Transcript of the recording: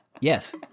Yes